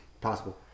Possible